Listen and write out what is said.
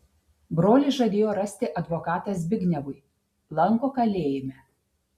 brolis žadėjo rasti advokatą zbignevui lanko kalėjime